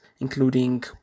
including